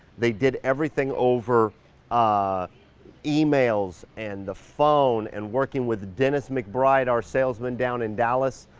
they did everything over ah emails, and the phone, and working with dennis mcbride, our salesman down in dallas.